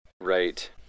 Right